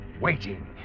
waiting